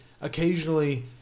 occasionally